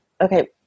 okay